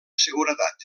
seguretat